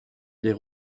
les